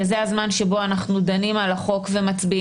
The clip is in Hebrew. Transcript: וזה הזמן שבו אנחנו דנים על החוק ומצביעים.